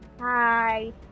Hi